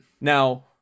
Now